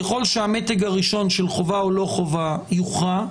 ככל שהמתג הראשון של חובה או לא חובה יוכרע,